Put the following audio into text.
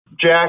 Jack